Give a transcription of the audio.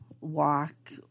walk